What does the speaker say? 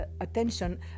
attention